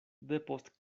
depost